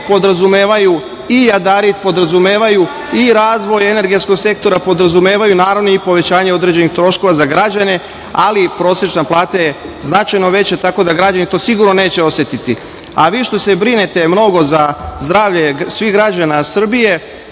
i jadarit, podrazumevaju i razvoje energetskog sektora i podrazumevaju naravno i povećanje određenih troškova za građane, ali prosečna plata je značajno veća, tako da građani to sigurno neće osetiti.A vi što se brinete mnogo za zdravlje svih građana Srbije,